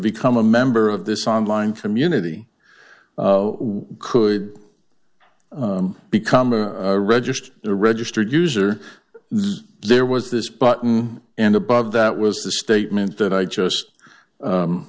become a member of this online community could become a registered the registered user there was this button and above that was the statement that i just